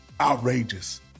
outrageous